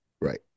Right